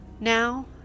Now